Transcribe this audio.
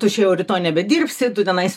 tu čia jau rytoj nebedirbsi tu tenais